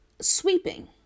sweeping